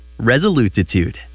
resolutitude